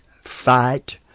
fight